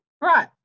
right